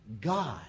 God